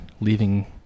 leaving